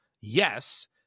yes